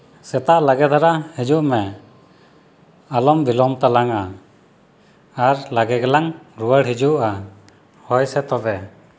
ᱥᱮᱛᱟᱜ ᱞᱟᱜᱮ ᱫᱷᱟᱨᱟ ᱦᱤᱡᱩᱜ ᱢᱮ ᱟᱞᱚᱢ ᱵᱤᱞᱚᱢ ᱛᱟᱞᱟᱝᱟ ᱟᱨ ᱞᱟᱜᱮ ᱜᱮᱞᱟᱝ ᱨᱩᱣᱟᱹᱲ ᱦᱤᱡᱩᱜᱼᱟ ᱦᱳᱭ ᱥᱮ ᱛᱚᱵᱮ